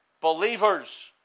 Believers